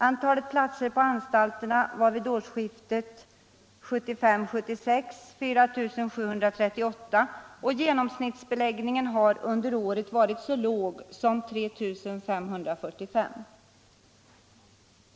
Antalet platser på anstalterna vid årsskiftet 1975-1976 var 4 738, och genomsnittsbeläggningen har under året varit så låg som 3 545.